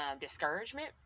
discouragement